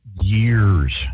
years